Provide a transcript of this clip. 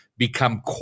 Become